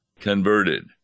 converted